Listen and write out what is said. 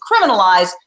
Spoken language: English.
criminalize